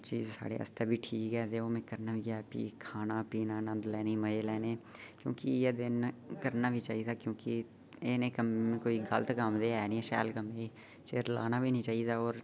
ओह् चीज स्हाड़े आस्तै बी ठीक ऐ ते ओह् मैं करना बी ऐ कि खाना पीना नंद लैनी मजे लैने क्योंकि इयै दिन न करना बी चाहिदा क्योंकि एह् नी कम्म गलत कम्म ते ऐ नी शैल कम्में गी चेर लाना बी नी चाहिदा